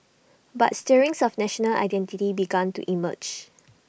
but stirrings of national identity began to emerge